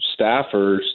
staffers